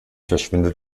verschwindet